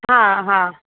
हा हा